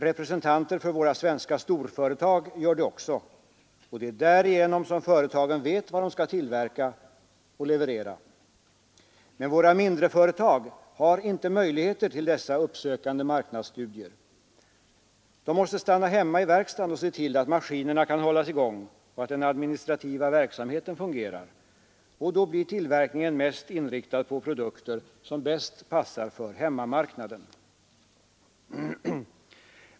Representanter för våra svenska storföretag gör det också — och det är därigenom som företagen vet vad de skall tillverka och leverera. Men våra mindreföretagare har inte möjligheter att göra dessa uppsökande marknadsstudier. De måste stanna hemma i verkstaden och se till att maskinerna kan hållas i gång och att den administrativa verksamheten fungerar. Och då blir tillverkningen mest inriktad på produkter som bäst passar för hemmamarknaden.